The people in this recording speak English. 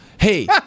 Hey